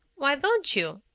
why don't you?